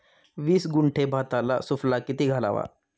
वीस गुंठे भाताला सुफला किती घालावा?